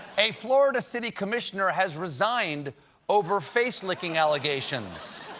a florida city commissioner has resigned over face-licking allegations.